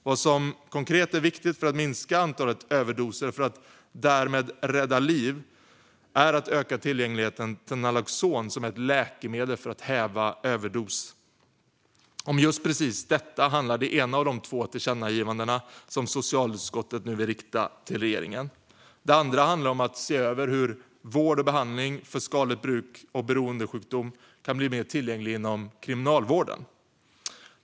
Vad som konkret är viktigt för att minska antalet överdoser och för att därmed rädda liv är att öka tillgängligheten till naloxonläkemedel som används för att häva överdos. Om just precis detta handlar det ena av de två förslagen till tillkännagivanden som socialutskottet nu vill rikta till regeringen. Det andra handlar om att se över hur vård och behandling för skadligt bruk och beroendesjukdom kan bli mer tillgänglig inom kriminalvården.